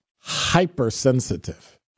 hypersensitive